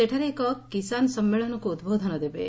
ସେଠାରେ ସେ ଏକ କିଷାନ୍ ସମ୍ମେଳନକ୍ ଉଦ୍ବୋଧନ ଦେବେ